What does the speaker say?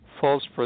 false